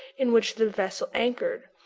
in which the vessel anchored.